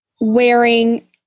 wearing